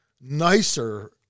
nicer